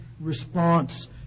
response